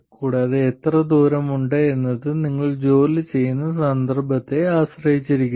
കൂടാതെ എത്ര ദൂരമുണ്ട് എന്നത് നിങ്ങൾ ജോലി ചെയ്യുന്ന സന്ദർഭത്തെ ആശ്രയിച്ചിരിക്കുന്നു